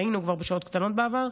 היינו בשעות קטנות בעבר.